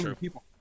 people